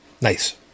Nice